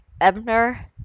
Ebner